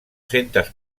centes